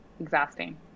Exhausting